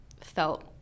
felt